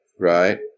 Right